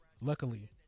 luckily